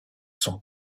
sont